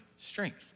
strength